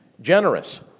generous